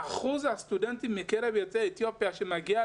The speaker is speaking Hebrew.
אחוז הסטודנטים מקרב יוצאי אתיופיה שמגיעים